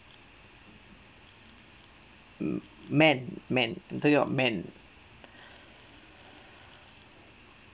mm man man I'm talking about man